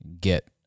get